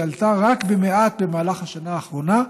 והיא עלתה רק במעט בשנה האחרונה,